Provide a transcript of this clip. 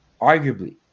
arguably